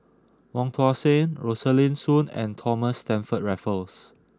Wong Tuang Seng Rosaline Soon and Thomas Stamford Raffles